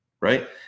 Right